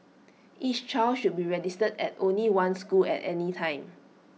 each child should be registered at only one school at any time